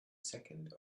second